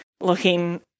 looking